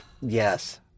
yes